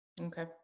okay